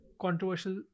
controversial